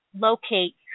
locate